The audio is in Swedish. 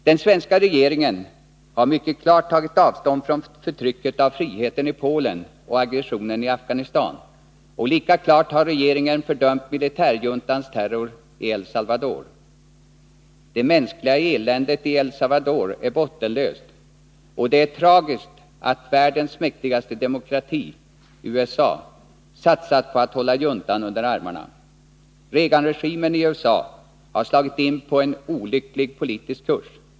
Den svenska regeringen har mycket klart tagit avstånd från förtrycket av friheten i Polen och aggressionen i Afghanistan, och lika klart har regeringen fördömt militärjuntans terror i El Salvador. Det mänskliga eländet i El Salvador är bottenlöst, och det är tragiskt att världens mäktigaste demokrati, USA, har satsat på att hålla juntan under armarna. Reaganregimen i USA har slagit in på en olycklig politisk kurs.